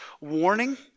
warning